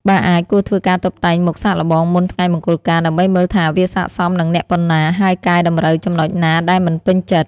បើអាច គួរធ្វើការតុបតែងមុខសាកល្បងមុនថ្ងៃមង្គលការ ដើម្បីមើលថាវាស័ក្តិសមនឹងអ្នកប៉ុណ្ណា ហើយកែតម្រូវចំណុចណាដែលមិនពេញចិត្ត ។